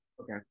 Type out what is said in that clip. Okay